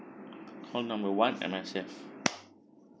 call number one M_S_F